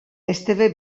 esteve